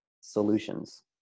solutions